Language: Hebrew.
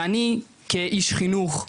ואני כאיש חינוך,